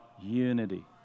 unity